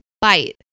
bite